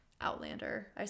Outlander